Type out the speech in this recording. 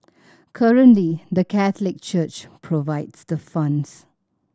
currently the Catholic Church provides the funds